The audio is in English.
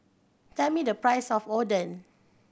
tell me the price of Oden